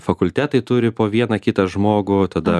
fakultetai turi po vieną kitą žmogų tada